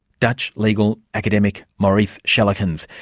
dutch legal academic, maurice schellekens,